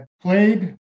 played